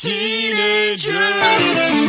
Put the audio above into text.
Teenagers